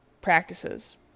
practices